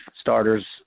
starters